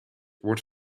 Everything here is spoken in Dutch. wordt